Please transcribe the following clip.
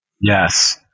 yes